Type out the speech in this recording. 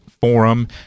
Forum